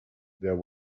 there